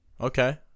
Okay